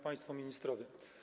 Państwo Ministrowie!